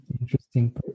interesting